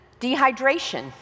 dehydration